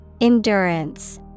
Endurance